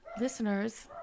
Listeners